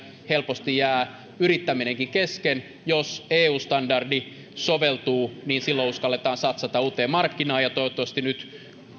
helposti jää yrittäminenkin kesken jos eu standardi soveltuu niin silloin uskalletaan satsata uuteen markkinaan ja toivottavasti nyt